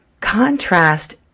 contrast